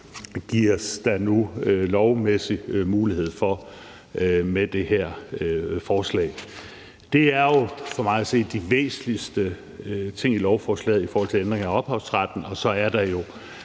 gives der nu lovmæssigt mulighed for med det her forslag. Det er jo for mig at se de væsentligste ting i lovforslaget i forhold til ændringer af ophavsretten. Så er der jo